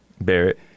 Barrett